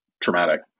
traumatic